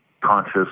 conscious